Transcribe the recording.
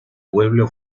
pueblo